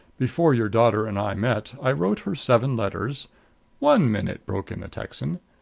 before your daughter and i met, i wrote her seven letters one minute, broke in the texan.